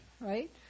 right